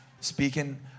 speaking